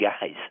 guys